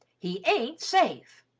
he ain't safe!